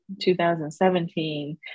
2017